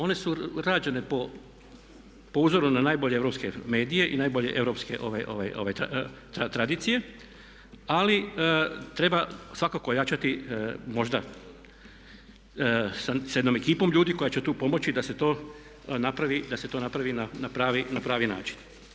One su rađene po uzoru na najbolje europske medije i najbolje europske tradicije ali treba svakako ojačati možda sa jednom ekipom ljudi koji će tu pomoći da se to napravi, da se to napravi na pravi način.